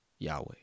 Yahweh